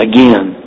Again